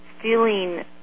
feeling